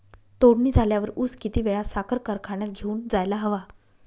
तोडणी झाल्यावर ऊस किती वेळात साखर कारखान्यात घेऊन जायला हवा?